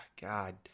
God